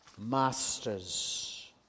Masters